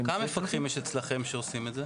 --- כמה מפקחים יש אצלכם שעושים את זה?